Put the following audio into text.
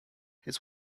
his